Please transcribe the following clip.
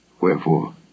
Wherefore